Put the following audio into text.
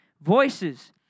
voices